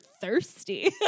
thirsty